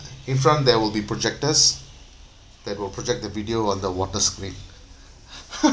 in front there will be projectors that will protect the video on the water screen